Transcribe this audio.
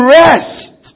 rest